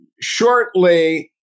shortly